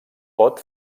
pot